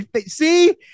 See